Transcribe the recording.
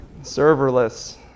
Serverless